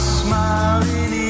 smiling